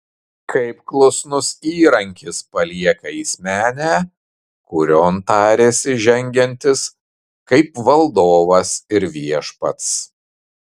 kaip klusnus įrankis palieka jis menę kurion tarėsi žengiantis kaip valdovas ir viešpats